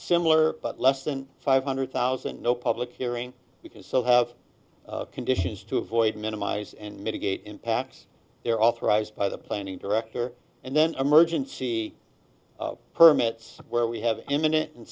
similar but less than five hundred thousand no public hearing because so have conditions to avoid minimize and mitigate impacts they're authorized by the planning to rector and then emergency permits where we have imminent and